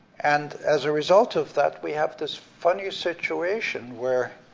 and as a result of that, we have this funny situation where,